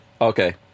okay